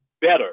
better